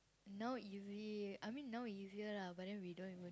now easy I mean now easier lah but we don't even